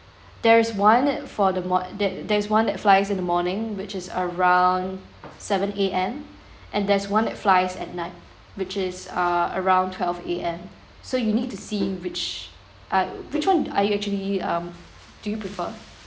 there is one for the mor~ that there is one it flies in the morning which is around seven A_M and there's one it flies at night which is uh around twelve A_M so you need to see which uh which one are you actually um do you prefer